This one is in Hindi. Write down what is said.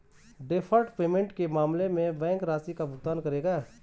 डैफर्ड पेमेंट के मामले में बैंक राशि का भुगतान करेगा